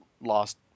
lost